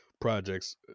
projects